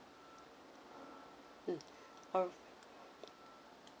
mm all